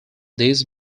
this